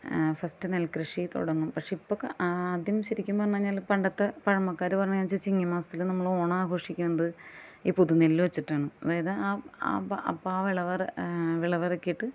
first നെൽകൃഷി തുടങ്ങും പക്ഷേ ഇപ്പോൾ ഒക്കെ ആദ്യം ശരിക്കും പറഞ്ഞുകഴിഞ്ഞാൽ പണ്ടത്തെ പഴമക്കാർ പറഞ്ഞതനുസരിച്ച് ചിങ്ങമാസത്തിൽ നമ്മൾ ഓണം ആഘോഷിക്കുന്നത് ഈ പുതുനെല്ല് വെച്ചിട്ടാണ് അതായത് ആ അപ്പോൾ ആ വിളവ് വിളവിറക്കിയിട്ട്